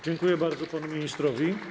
Dziękuję bardzo panu ministrowi.